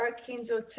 Archangel